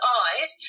eyes